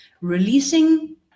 Releasing